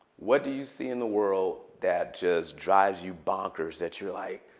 what do you see in the world that just drives you bonkers, that you're like,